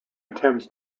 attempts